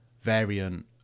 variant